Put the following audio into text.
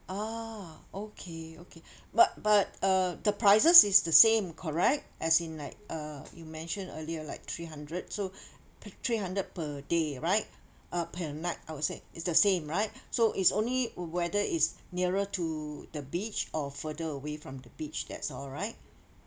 ah okay okay but but uh the prices is the same correct as in like uh you mentioned earlier like three hundred so pe~ three hundred per day right uh per night I would say is the same right so is only whether is nearer to the beach or further away from the beach that's all right